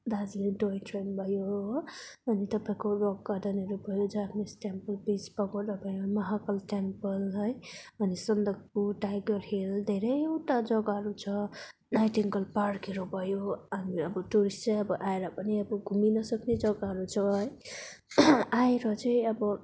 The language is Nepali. दार्जिलिङ टोइ ट्रेन भयो हो अनि तपाईँको रक गार्डनहरू भयो जापनिस टेम्पल पिस पगोडा भयो महाकाल टेम्पल है अनि सन्दकपू टाइगर हिल धेरैवटा जग्गाहरू छ नाइटिङ्गेल पार्कहरू भयो अनि अब टुरिस्ट चाहिँ अब आएर पनि अब घुमिनसक्ने जग्गाहरू छ है आएर चाहिँ अब